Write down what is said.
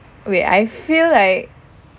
wait I feel like